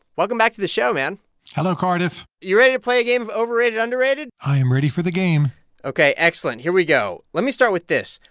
welcome back to the show, man hello, cardiff you ready to play a game of overrated underrated? i am ready for the game ok, excellent. here we go. let me start with this.